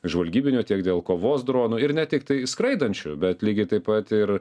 žvalgybinio tiek dėl kovos dronų ir ne tiktai skraidančių bet lygiai taip pat ir